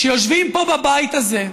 שיושבים פה, בבית הזה,